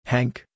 Hank